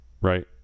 right